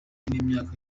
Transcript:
n’imyaka